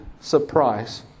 surprise